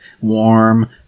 warm